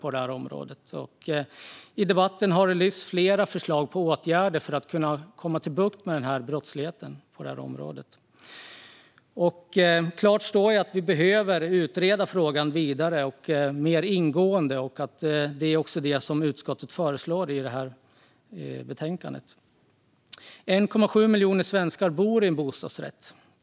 I debatten har flera förslag på åtgärder för att få bukt med brottslighet på detta område lyfts fram. Det står klart att frågan behöver utredas vidare och mer ingående, vilket också är det utskottet föreslår i sitt betänkande. Det är 1,7 miljoner svenskar som bor i bostadsrätt.